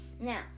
Now